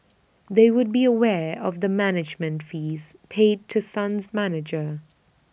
they would be aware of the management fees paid to sun's manager